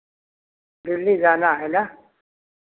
दिल्ली जाना है ना